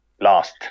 last